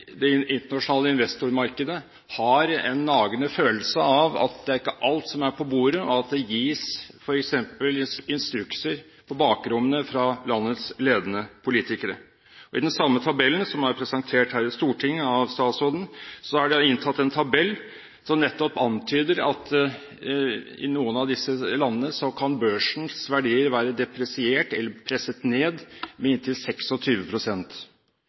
det internasjonale investormarkedet har en nagende følelse av at det er ikke alt som er på bordet, og at det gis f.eks. instrukser på bakrommene fra landets ledende politikere. I den samme meldingen som er presentert her i Stortinget av statsråden, er det inntatt en tabell som nettopp antyder at i noen av disse landene kan børsens verdier være depresiert, eller presset ned, med inntil